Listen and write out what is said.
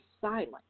silent